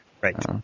right